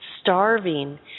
starving